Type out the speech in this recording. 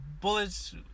bullets